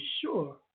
sure